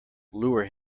lure